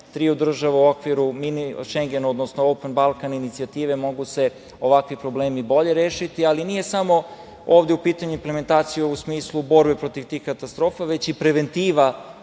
triju države u okviru „Mini Šengena“, odnosno „Open Balkan“ inicijative mogu se ovakvi problemi bolje rešiti. Ali, nije samo ovde u pitanju implementacija u smislu borbe protiv tih katastrofa, već i preventiva